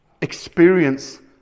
experience